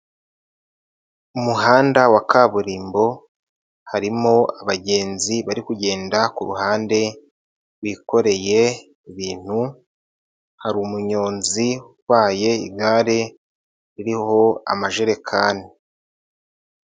Uhanda wa kaburimbo, harimo abagenzi bari kugenda ku ruhande bikoreye ibintu, hari umuyonzi utwaye igare ririho amajerekani.